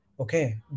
Okay